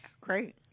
Great